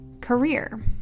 career